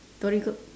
torigo